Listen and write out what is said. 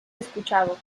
escuchado